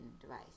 device